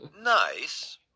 Nice